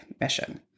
mission